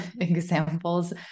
examples